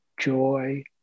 joy